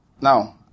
Now